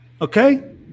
Okay